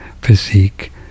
physique